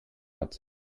hat